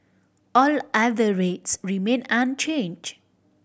all other rates remain unchanged